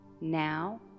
Now